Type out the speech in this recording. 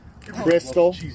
crystal